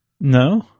No